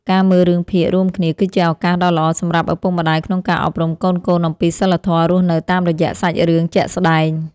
ការមើលរឿងភាគរួមគ្នាគឺជាឱកាសដ៏ល្អសម្រាប់ឪពុកម្ដាយក្នុងការអប់រំកូនៗអំពីសីលធម៌រស់នៅតាមរយៈសាច់រឿងជាក់ស្ដែង។